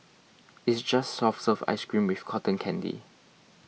it's just soft serve ice cream with cotton candy